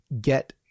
get